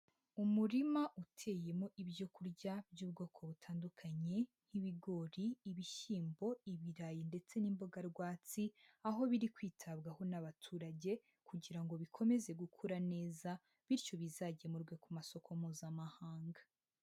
Umurima uteyemo ibyo kurya by'ubwoko butandukanye nk'ibigori, ibishyimbo, ibirayi ndetse n'imboga rwatsi, aho biri kwitabwaho n'abaturage kugira ngo bikomeze gukura neza bityo bizagemurwe ku masoko Mpuzamahanga.